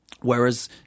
Whereas